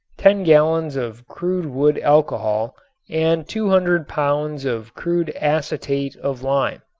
ten gallons of crude wood alcohol and two hundred pounds of crude acetate of lime.